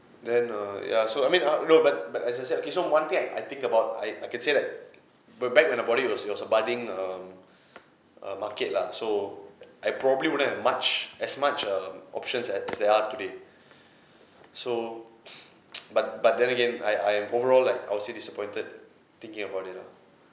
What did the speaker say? then err yeah so I mean uh no but but as I said okay so one thing I I think about I I can say that uh back when I bought it was it was a budding err uh market lah so I probably wouldn't have much as much um options as as there are today so but but then again I I'm overall like I will say disappointed thinking about it lah